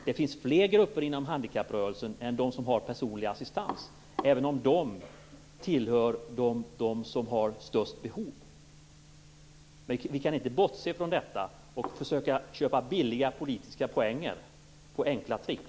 Det finns ju fler grupper inom handikapprörelsen än dem som har personlig assistans, men jag kan medge att de tillhör dem som har de största behoven. Vi kan inte bortse från detta och försöka vinna billiga politiska poäng på enkla trick.